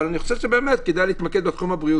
אני חושב שכדאי להתמקד בתחום הבריאותי.